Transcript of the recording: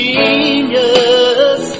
Genius